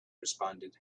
responded